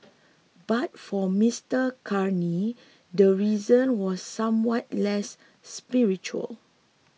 but for Mister Carney the reason was somewhat less spiritual